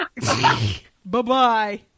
Bye-bye